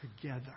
together